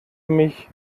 mich